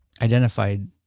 identified